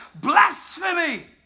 Blasphemy